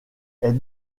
est